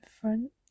front